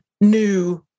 new